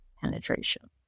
penetration